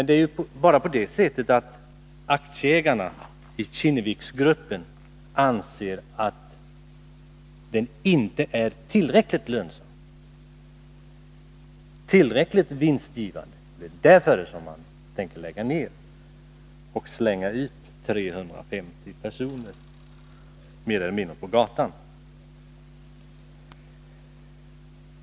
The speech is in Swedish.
Det är bara på det sättet att aktieägarna i Kinneviks Nr 51 gruppen anser att produktionen inte är tillräckligt lönsam, inte tillräckligt Måndagen den vinstgivande. Därför tänker man lägga ner företaget och slänga ut 350 14 december 1981 personer mer eller mindre på gatan.